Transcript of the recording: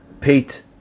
Pete